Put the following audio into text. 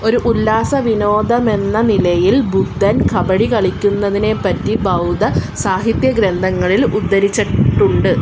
ഒരു ഉല്ലാസ വിനോദമെന്ന നിലയിൽ ബുദ്ധൻ കബഡി കളിക്കുന്നതെപ്പറ്റി ബൗദ്ധ സാഹിത്യ ഗ്രന്ഥങ്ങളില് ഉദ്ധരിച്ചിട്ടുണ്ട്